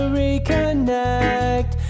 reconnect